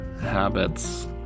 habits